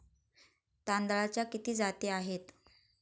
तांदळाच्या किती जाती आहेत?